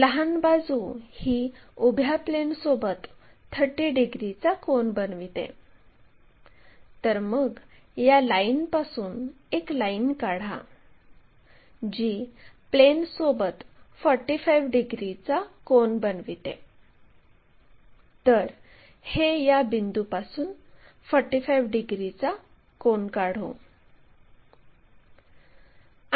आपण p आणि r हे आधीच काढले आहे तर q हे केंद्र मानून qr या त्रिज्येसहित ते या आडव्या अक्षापर्यंत r2 काढण्यासाठी आर्क काढावा